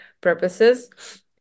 purposes